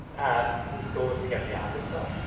whose goal is to get beyond itself,